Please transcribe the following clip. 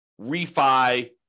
refi